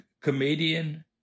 comedian